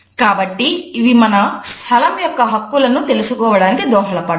కాబట్టి ఇవి మన స్థలం యొక్క హక్కులను తెలుసుకోవడానికి దోహదపడతాయి